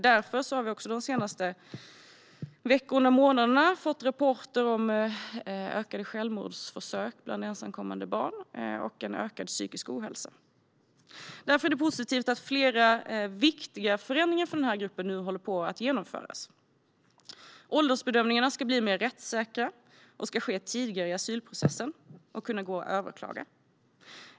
Därför har vi de senaste veckorna och månaderna fått rapporter om ökat antal självmordsförsök bland ensamkommande barn och en ökad psykisk ohälsa. Därför är det positivt att flera viktiga förändringar för den här gruppen nu håller på att genomföras. Åldersbedömningarna ska bli mer rättssäkra, ske tidigare i asylprocessen och kunna överklagas.